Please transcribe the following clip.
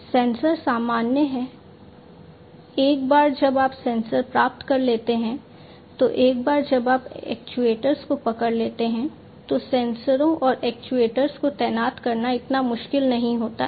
sensor सामान्य हैं एक बार जब आप सेंसर प्राप्त कर लेते हैं तो एक बार जब आप एक्चुएटर्स को पकड़ लेते हैं तो सेंसरों और एक्ट्यूएटर्स को तैनात करना इतना मुश्किल नहीं होता है